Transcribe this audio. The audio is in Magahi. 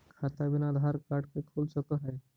खाता बिना आधार कार्ड के खुल सक है?